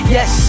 Yes